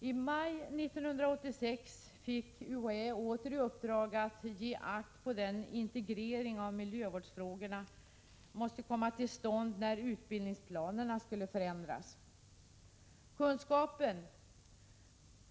I maj 1986 fick UHÄ åter i uppdrag att ge akt på att integrering av miljövårdsfrågorna måste komma till stånd när utbildningsplanerna skulle förändras.